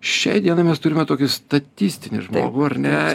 šiai dienai mes turime tokį statistinį žmogų ar ne